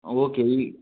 okay ಈ